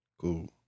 Cool